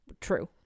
True